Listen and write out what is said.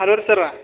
hello ರೀ ಸರ